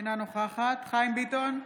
אינה נוכחת חיים ביטון,